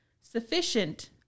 Sufficient